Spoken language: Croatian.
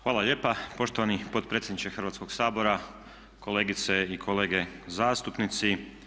Hvala lijepa poštovani potpredsjedniče Hrvatskog sabora, kolegice i kolege zastupnici.